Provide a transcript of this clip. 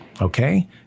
okay